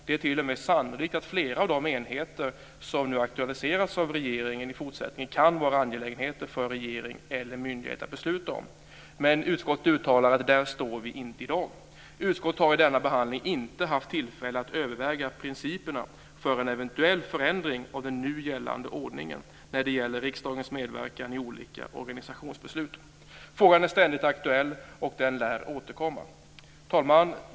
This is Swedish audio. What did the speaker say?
Det är t.o.m. sannolikt att flera av de enheter som nu aktualiserats av regeringen i fortsättningen kan vara angelägenheter för regering eller myndighet att besluta om. Men utskottet uttalar att där står vi inte i dag. Utskottet har vid denna behandling inte haft tillfälle att överväga principerna för en eventuell förändring av den nu gällande ordningen när det gäller riksdagens medverkan i olika organisationsbeslut. Frågan är ständigt aktuell och lär återkomma. Herr talman!